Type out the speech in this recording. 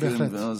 כן, בהחלט,